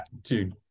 dude